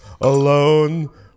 alone